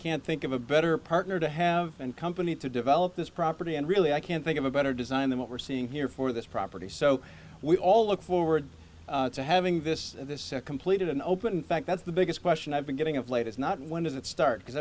can't think of a better partner to have and company to develop this property and really i can't think of a better design than what we're seeing here for this property so we all look forward to having this this complete and open in fact that's the biggest question i've been getting of late is not when does it start because